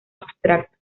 abstracto